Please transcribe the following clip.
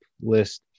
list